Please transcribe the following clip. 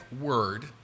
word